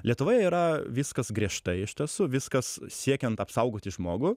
lietuvoje yra viskas griežtai iš tiesų viskas siekiant apsaugoti žmogų